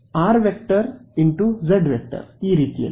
rˆ × zˆ ಈ ರೀತಿಯಲ್ಲಿ